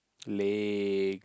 legs